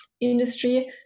Industry